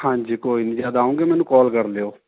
ਹਾਂਜੀ ਕੋਈ ਨਹੀਂ ਜਦ ਆਉਂਗੇ ਮੈਨੂੰ ਕਾਲ ਕਰ ਲਿਓ